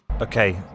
okay